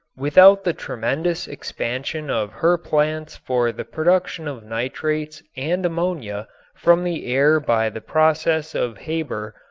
without the tremendous expansion of her plants for the production of nitrates and ammonia from the air by the processes of haber,